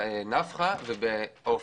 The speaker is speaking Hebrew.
ב"נפחא" וב"עופר".